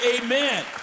amen